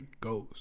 goes